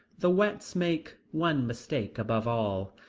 the wets make one mistake above all.